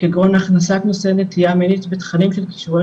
כגון הכנסת נושא נטייה מינית בתכנים ככישורי